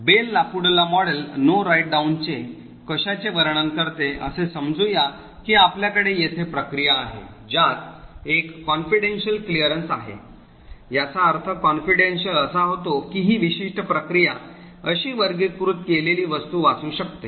bell LaPadula model No Write Down चे कशाचे वर्णन करते असे समजू या की आपल्याकडे येथे प्रक्रिया आहे ज्यात एक confidential clearance आहे याचा अर्थ confidential असा होतो की ही विशिष्ट प्रक्रिया अशी वर्गीकृत केलेली वस्तू वाचू शकते